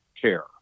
care